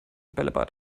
bällebad